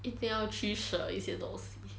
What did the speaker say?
一定要取舍一些东西